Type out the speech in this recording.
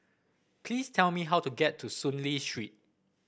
please tell me how to get to Soon Lee Street